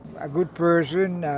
a good person. you know